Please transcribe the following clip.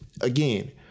again